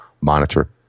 monitor